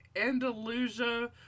Andalusia